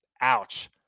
Ouch